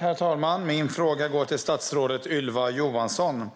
Herr talman! Min fråga går till statsrådet Ylva Johansson.